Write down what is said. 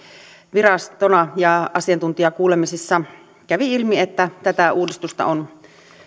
virastona asiantuntijakuulemisessa kävi ilmi että tätä uudistusta on